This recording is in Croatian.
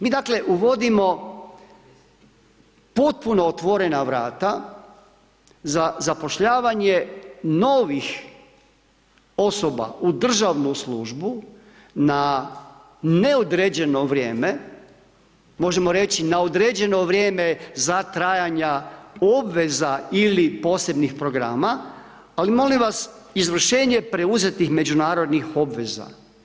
Mi, dakle, uvodimo potpuno otvorena vrata za zapošljavanje novih osoba u državnu službu na neodređeno vrijeme, možemo reći na određeno vrijeme za trajanja obveza ili posebnih programa, ali molim vas, izvršenje preuzetih međunarodnih obveza.